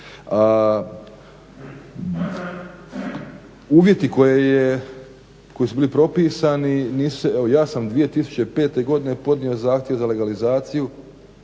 Uvjeti koji su bili propisani, evo ja sam 2005. godine podnio zahtjev za legalizaciju